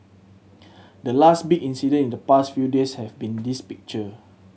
the last big incident in the past few days have been this picture